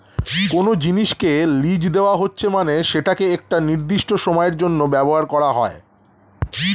কোনো জিনিসকে লীজ দেওয়া হচ্ছে মানে সেটাকে একটি নির্দিষ্ট সময়ের জন্য ব্যবহার করা